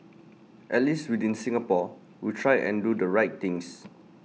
at least within Singapore we try and do the right things